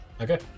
Okay